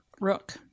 Rook